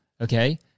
Okay